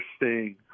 interesting